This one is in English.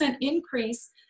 increase